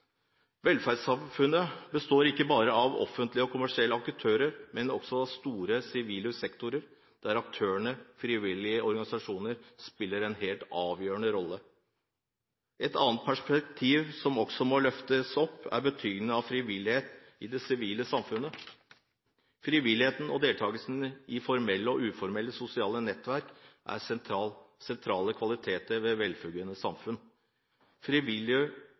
Velferdssamfunnet består ikke bare av offentlige og kommersielle aktører, men også av en stor sivil sektor, der aktører og frivillige organisasjoner spiller en helt avgjørende rolle. Et annet perspektiv som også må løftes opp, er betydningen av frivillighet i det sivile samfunnet. Frivillighet og deltakelse i formelle og uformelle sosiale nettverk er sentrale kvaliteter ved et velfungerende samfunn. Frivillige